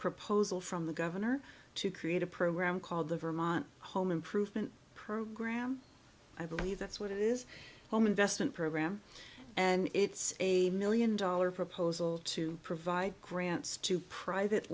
proposal from the governor to create a program called the vermont home improvement program i believe that's what it is home investment program and it's a million dollar proposal to provide grants to private